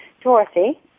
Dorothy